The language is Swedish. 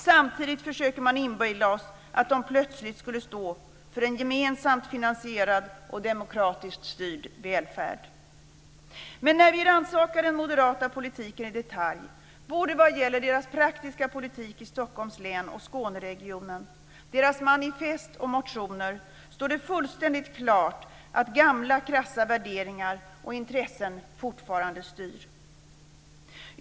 Samtidigt försöker de inbilla oss att de plötsligt skulle stå för en gemensamt finansierad och demokratiskt styrd välfärd. Men när vi rannsakar den moderata politiken i detalj, både vad gäller deras praktiska politik i Stockholms län och i Skåneregionen, deras manifest och motioner, står det fullständigt klart att gamla krassa värderingar och intressen fortfarande styr.